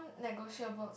negotiables